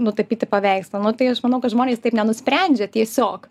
nutapyti paveikslą nu tai aš manau kad žmonės taip nenusprendžia tiesiog